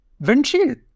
windshield